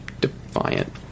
Defiant